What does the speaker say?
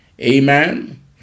Amen